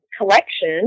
collection